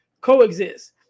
coexist